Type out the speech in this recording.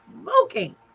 smoking